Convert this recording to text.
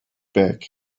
bag